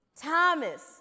Thomas